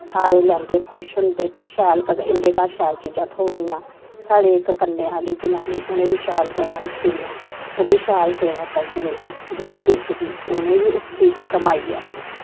सारे लैंदे खुश होंदे शैल करी इं'दे घर शैल चीजां थ्होआ दियां साढ़े इक्क कन्ने आह्ली जनानी उनें बी शैल गवां रक्खी दियां ओह्बी शैल सेवा करदी उं'दी दुध्द बेचदी उनें ईबी उस चीज़ दी कमाई ऐ